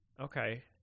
Okay